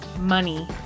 Money